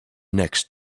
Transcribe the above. next